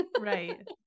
Right